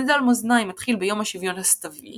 מזל מאזניים מתחיל ביום השוויון הסתווי